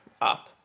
up